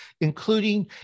Including